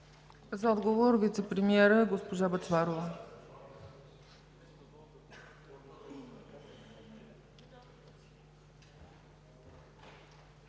За отговор – вицепремиерът госпожа Бъчварова.